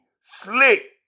slick